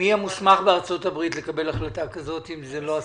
מי המוסמך בארצות הברית לקבל החלטה כזאת אם זה לא הסנט?